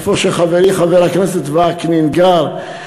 איפה שחברי חבר הכנסת וקנין גר,